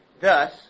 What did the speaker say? Thus